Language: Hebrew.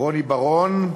רוני בר-און,